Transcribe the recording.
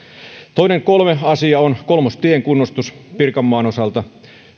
kolmas asia on kolmostien kunnostus pirkanmaan osalta